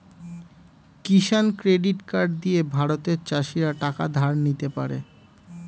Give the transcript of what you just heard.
কিষান credit card দিয়ে ভারতের চাষীরা টাকা ধার নিতে পারে